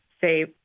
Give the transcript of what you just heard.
say